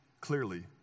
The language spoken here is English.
clearly